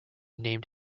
named